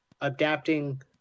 adapting